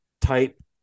type